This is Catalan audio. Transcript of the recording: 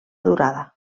durada